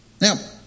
Now